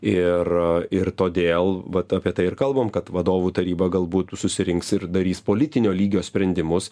ir ir todėl vat apie tai ir kalbam kad vadovų taryba galbūt susirinks ir darys politinio lygio sprendimus